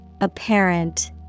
Apparent